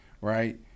Right